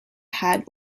had